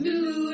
New